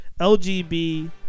LGBT